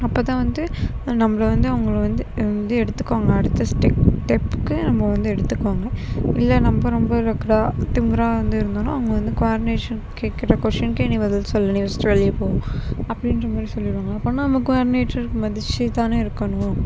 அப்போ தான் வந்து நம்மளை வந்து அவங்களை வந்து இது எடுத்துக்குவாங்க அடுத்த ஸ்டெப்புக்கு நம்ம வந்து எடுத்துக்குவாங்க இல்லை நம்ம ரொம்ப ரக்கடாக திமிராக வந்து இருந்தோன்னா அவங்க வந்து குவாடினேஷன் கேக்கிற கொஷினுக்கே நீ பதில் சொல்லல நீ ஃபர்ஸ்ட் வெளியே போ அப்படின்ற மாதிரி சொல்லிடுவாங்க அப்போனா நம்ம குவாடினேட்டரு க்கு மதித்து தான் இருக்கணும்